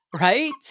Right